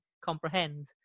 comprehend